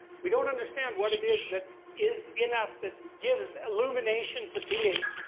we don't understand what it is that is in us that gives illumination to being.